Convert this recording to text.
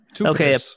Okay